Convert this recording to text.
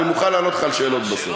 אני מוכן לענות לך על שאלות בסוף.